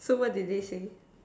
so what did they say